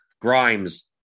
Grimes